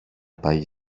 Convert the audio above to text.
πάγει